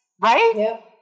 right